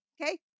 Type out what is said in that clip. Okay